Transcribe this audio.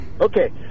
Okay